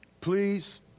please